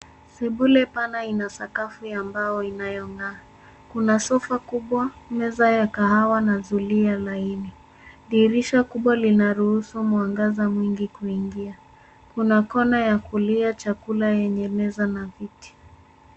Sebule pana ina sakafu ya mbao inayong'aa. Kuna sofa kubwa, meza ya kahawa na zulia laini. Dirisha kubwa linaruhusu mwangaza mwingi kuingia. Kuna kona ya kulia chakula yenye meza na viti.